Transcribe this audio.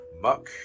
Muck